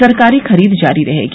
सरकारी खरीद जारी रहेगी